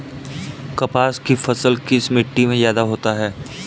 कपास की फसल किस मिट्टी में ज्यादा होता है?